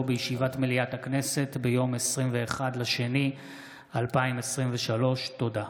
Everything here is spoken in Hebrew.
בישיבת מליאת הכנסת ביום 21 בפברואר 2023. תודה.